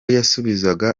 yasubizaga